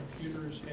computers